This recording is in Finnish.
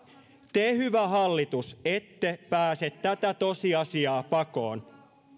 te hyvä hallitus ette pääse tätä tosiasiaa pakoon